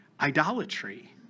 idolatry